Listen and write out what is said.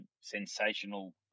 sensational